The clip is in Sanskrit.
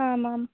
आमां